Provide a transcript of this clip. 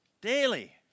daily